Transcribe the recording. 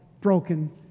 broken